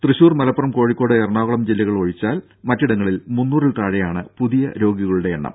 തൃശൂർ മലപ്പുറം കോഴിക്കോട് എറണാകുളം ജില്ലകളൊഴിച്ചാൽ മറ്റിടങ്ങളിൽ മുന്നൂറിൽ താഴെയാണ് പുതിയ രോഗികളുടെ എണ്ണം